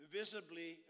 visibly